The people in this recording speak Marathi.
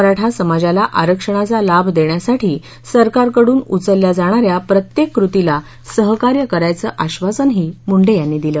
मराठा समाजाला आरक्षणाचा लाभ देण्यासाठी सरकारकडून उचलल्या जाणाऱ्या प्रत्येक कृतीला सहकार्य करायचं आश्वासनही मुंडे यांनी दिलं